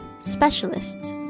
Specialists